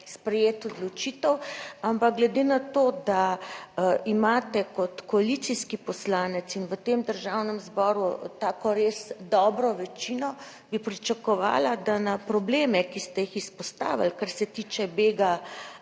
sprejeti odločitev, ampak glede na to, da imate kot koalicijski poslanec in v tem Državnem zboru tako res dobro večino, bi pričakovala, da na probleme, ki ste jih izpostavili, kar se tiče bega,